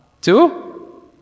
two